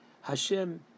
Hashem